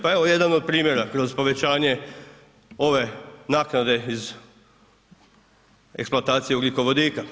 Pa evo jedan od primjera kroz povećanje ove naknade iz eksploatacije ugljikovodika.